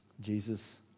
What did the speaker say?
Jesus